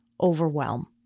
overwhelm